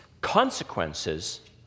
consequences